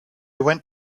went